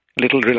little